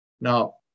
Now